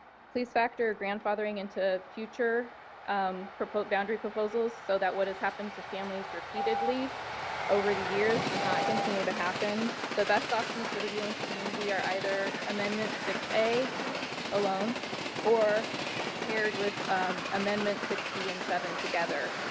please factor grandfathering into future um boundary proposals so that what has happened to families repeatedly over the years does not continue to happen. the best options for the viewlands community are either amendments six a alone or paired with amendment six b and seven together.